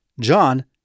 John